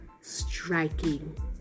striking